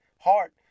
heart